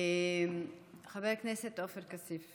חבר הכנסת עופר כסיף,